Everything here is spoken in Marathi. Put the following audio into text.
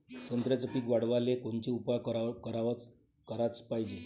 संत्र्याचं पीक वाढवाले कोनचे उपाव कराच पायजे?